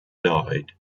died